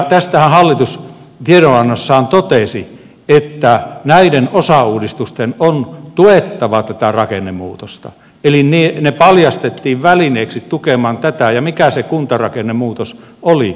tästähän hallitus tiedonannossaan totesi että näiden osauudistusten on tuettava tätä rakennemuutosta eli ne valjastettiin välineiksi tukemaan tätä ja mikä se kuntarakennemuutos oli